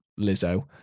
Lizzo